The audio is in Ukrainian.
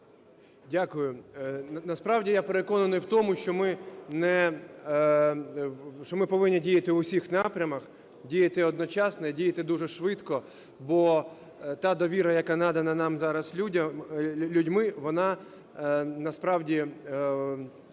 Дякую. Насправді я переконаний у тому, що ми не… що ми повинні діяти в усіх напрямах, діяти одночасно і діяти дуже швидко, бо та довіра, яка надана нам зараз людьми, вона насправді